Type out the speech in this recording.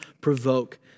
provoke